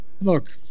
look